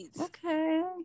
okay